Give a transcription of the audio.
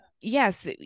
Yes